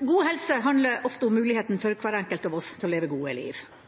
God helse handler ofte om muligheten for hver enkelt av oss til å leve et godt liv.